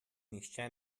nihče